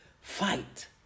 fight